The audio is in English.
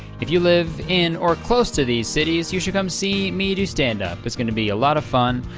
if you live in or close to these cities you should come see me do stand up. it's gonna be a lot of fun.